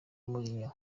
mourinho